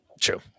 True